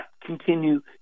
continue